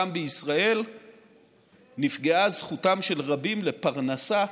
גם בישראל נפגעה זכותם של רבים לפרנסה,